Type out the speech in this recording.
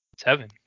Seven